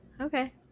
Okay